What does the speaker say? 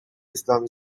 اسلامی